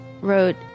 wrote